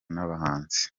n’abahanzi